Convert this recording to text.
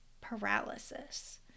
paralysis